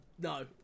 no